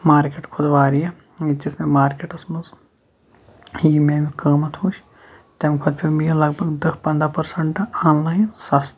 market کھۄتہ واریاہ ییٖتِس مےٚ مارکیٚٹَس مَنٛز یہِ مےٚ امیُک قیٖمَت وُچھ تمہ کھۄتہٕ پیٚو مےٚ یہِ لَگ بَگ دہ پَنٛدَہ پٔرسَنٹ آن لاین سَستہٕ